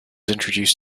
introduced